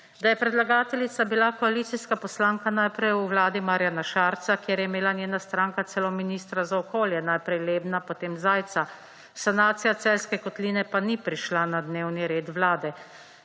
da je predlagateljica bila koalicijska poslanka naprej v vladi Marjana Šarca, kjer je imela njena stranka celo ministra za okolje, najprej Lebna, potem Zajca; sanacija Celjske kotline pa ni prišla na dnevni red Vlade.